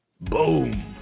boom